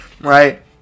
Right